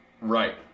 right